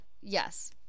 Yes